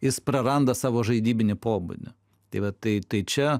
jis praranda savo žaidybinį pobūdį tai vat tai čia